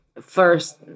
first